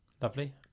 Lovely